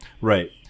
right